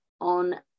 on